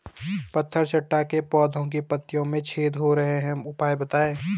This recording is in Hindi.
पत्थर चट्टा के पौधें की पत्तियों में छेद हो रहे हैं उपाय बताएं?